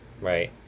Right